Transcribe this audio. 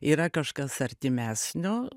yra kažkas artimesnio